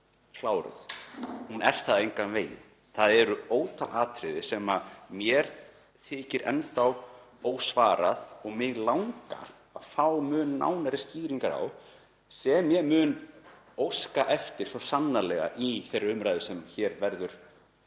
kláruð. Hún er það engan veginn. Það eru ótal atriði sem mér þykir enn þá ósvarað og mig langar að fá mun nánari skýringar á og ég mun óska eftir þeim svo sannarlega í þeirri umræðu sem hér verður haldið